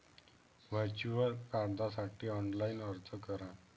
virtual कार्डसाठी online अर्ज करा